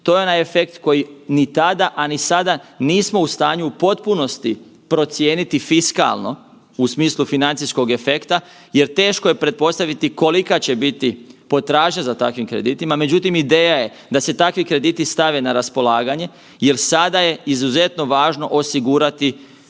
To je onaj efekt koji ni tada, a ni sada nismo u stanju u potpunosti procijeniti fiskalno u smislu financijskog efekta jer teško je pretpostaviti kolika će biti potražnja za takvim kreditima. Međutim, ideja je da se takvi krediti stave na raspolaganje jel sada je izuzetno važno osigurati